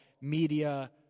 media